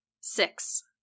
Six